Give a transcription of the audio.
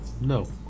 No